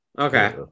Okay